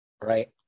right